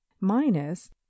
minus